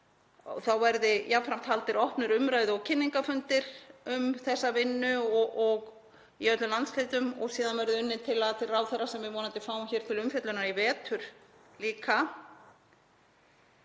þá verði jafnframt haldnir opnir umræðu- og kynningarfundir um þessa vinnu í öllum landshlutum og síðan verði unnin tillaga til ráðherra sem við vonandi fáum til umfjöllunar í vetur líka.